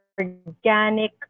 organic